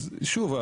שוב,